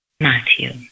Matthew